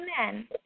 Amen